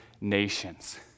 nations